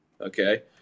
Okay